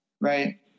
right